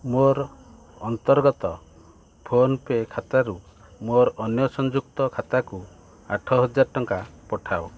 ମୋର ଅନ୍ତର୍ଗତ ଫୋନ୍ପେ ଖାତାରୁ ମୋର ଅନ୍ୟ ସଂଯୁକ୍ତ ଖାତାକୁ ଆଠହଜାର ଟଙ୍କା ପଠାଅ